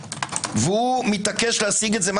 והוא מתעקש להשיג את זה.